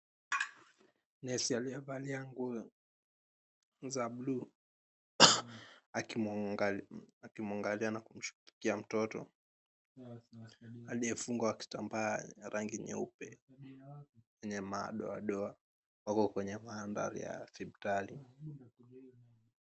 Nesi aliyevalia nguo za buluu akimwangalia na kumshughulikia mtoto aliyefungwa kitambaa ya rangi nyeupe yenye madoadoa wako kwenye maandhari ya hospitali.